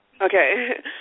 Okay